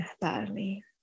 badly